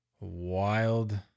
wild